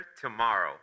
tomorrow